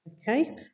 okay